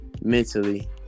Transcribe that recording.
mentally